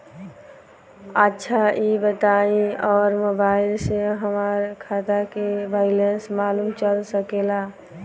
अच्छा ई बताईं और मोबाइल से हमार खाता के बइलेंस मालूम चल सकेला?